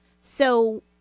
So-